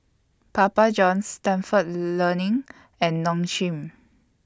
Papa Johns Stalford Learning and Nong Shim